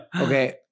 Okay